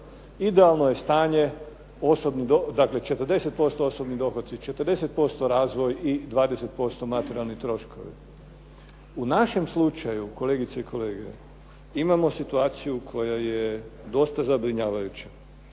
Idealno je stanje dakle 40% osobni dohoci, 40% razvoj i 20% materijalni troškovi. U našem slučaju, kolegice i kolege, imamo situaciju koja je dosta zabrinjavajuća.